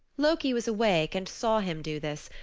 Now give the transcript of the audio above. loki was awake and saw him do this,